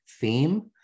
theme